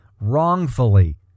wrongfully